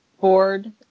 board